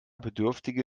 bedürftige